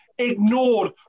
ignored